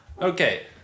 Okay